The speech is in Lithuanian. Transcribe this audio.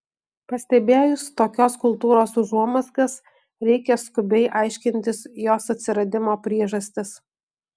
pastebėjus tokios kultūros užuomazgas reikia skubiai aiškintis jos atsiradimo priežastis